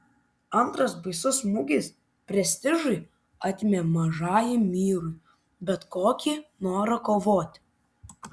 antras baisus smūgis prestižui atėmė mažajam myrui bet kokį norą kovoti